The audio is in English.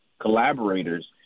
collaborators